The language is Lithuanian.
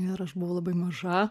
ir aš buvau labai maža